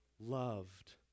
loved